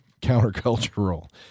countercultural